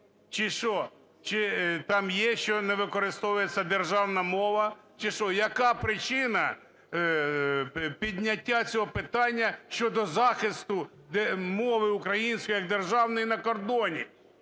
чи що? Чи там є, що не використовується державна мова чи що? Яка причина підняття цього питання щодо захисту мови української як державної на кордоні?